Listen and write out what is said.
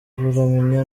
kuramya